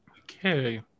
Okay